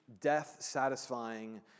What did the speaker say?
death-satisfying